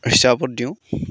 হিচাপত দিওঁ